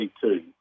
two